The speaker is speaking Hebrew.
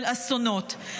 של אסונות.